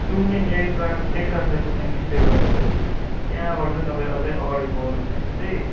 तुमलिङ एकरात एकरातलाई तुमलिङ स्टे गर्दा चाहिँ त्यहाँबाट चाहिँ तपाईँ अझै अघाडि बड्नु भयो भने चाहिँ